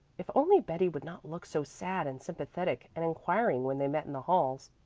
if only betty would not look so sad and sympathetic and inquiring when they met in the halls,